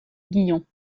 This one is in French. guyon